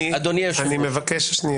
אדוני היושב-ראש --- שנייה.